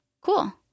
cool